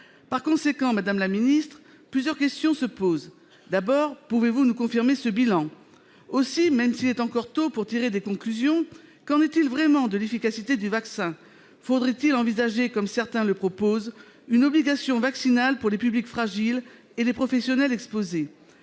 Par conséquent, madame la ministre, plusieurs questions se posent. D'abord, pouvez-vous nous confirmer ce bilan ? Ensuite, même s'il est encore tôt pour tirer des conclusions, qu'en est-il vraiment de l'efficacité du vaccin ? Faudrait-il envisager, comme certains le proposent, une obligation vaccinale pour les publics fragiles et les professionnels exposés ?